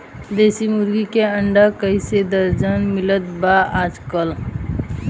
देशी मुर्गी के अंडा कइसे दर्जन मिलत बा आज कल?